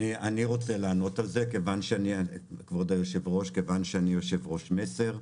כבוד היושב ראש,